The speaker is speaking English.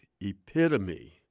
epitome